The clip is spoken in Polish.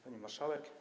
Pani Marszałek!